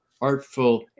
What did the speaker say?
artful